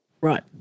right